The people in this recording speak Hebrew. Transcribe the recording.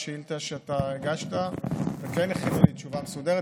השאילתה שאתה הגשת וכן הכינו תשובה מסודרת,